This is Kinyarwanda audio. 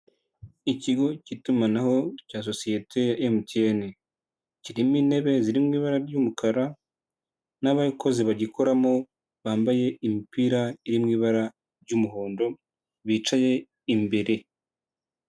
Ikigo cy'itumanaho cya sosiyete ya MTN, kirimo intebe ziri mu ibara ry'umukara n'abakozi bagikoramo bambaye imipira iri mu ibara ry'umuhondo bicaye imbere.